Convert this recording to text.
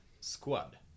squad